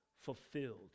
fulfilled